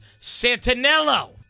Santanello